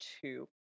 two